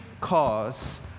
cause